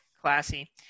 Classy